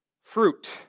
Fruit